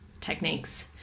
techniques